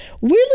weirdly